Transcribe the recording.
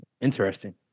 interesting